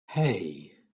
hey